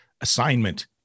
assignment